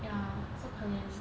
ya so 可怜